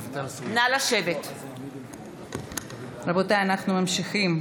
27,000. ולעומת זה יש תור של ותיקים, 3,000. למה?